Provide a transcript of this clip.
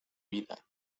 vida